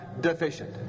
deficient